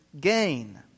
gain